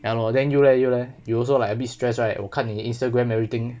ya lor then you leh you leh you also like a bit stress right 我看你的 Instagram everything